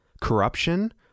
Corruption